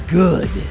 good